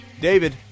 David